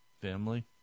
family